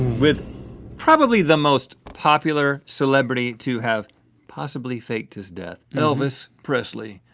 with probably the most popular celebrity to have possibly faked his death elvis presley,